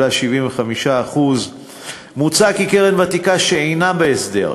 1.75%. מוצע כי קרן ותיקה שאינה הסדר,